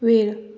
वेळ